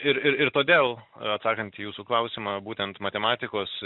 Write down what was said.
ir ir todėl atsakant į jūsų klausimą būtent matematikos